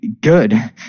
good